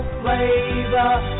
flavor